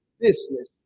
business